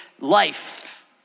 life